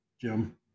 Jim